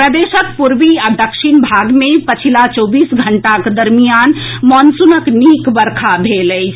प्रदेशक पूर्वी आ दक्षिण भाग मे पछिला चौबीस घंटाक दरमियान मॉनसूनक नीक वर्षा भेल अछि